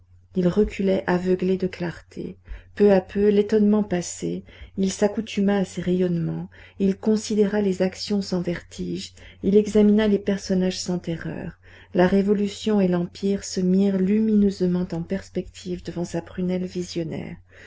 il reculait aveuglé de clartés peu à peu l'étonnement passé il s'accoutuma à ces rayonnements il considéra les actions sans vertige il examina les personnages sans terreur la révolution et l'empire se mirent lumineusement en perspective devant sa prunelle visionnaire